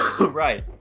Right